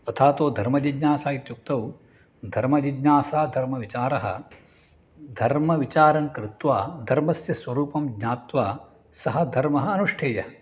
अथातो धर्म जिज्ञासा इत्युक्तौ धर्मजिज्ञासा धर्मविचारः धर्मविचारं कृत्वा धर्मस्य स्वरूपं ज्ञात्वा सः धर्मः अनुष्ठेयः